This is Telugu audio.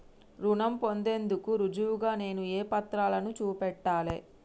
రుణం పొందేందుకు రుజువుగా నేను ఏ పత్రాలను చూపెట్టాలె?